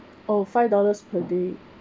oh five dollars per day